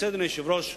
אדוני היושב-ראש,